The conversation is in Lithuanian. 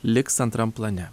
liks antram plane